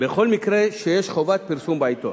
בכל מקרה שיש חובת פרסום בעיתון.